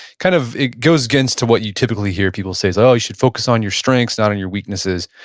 kind of it goes against to what you typically hear people say. so oh, you should focus on your strengths, not on your weaknesses.